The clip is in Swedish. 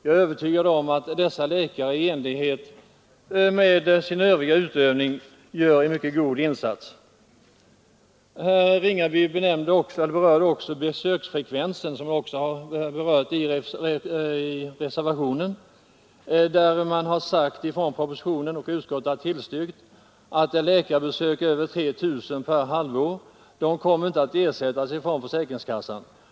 Jag är övertygad om att dessa läkare här liksom vid sin övriga yrkesutövning gör en mycket god insats. Herr Ringaby talade också om besöksfrekvensen. I propositionen sägs, vilket utskottet har tillstyrkt, att de läkarbesök som överstiger ett antal av 3 000 per halvår inte kommer att ersättas av sjukförsäkringskassan.